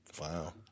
Wow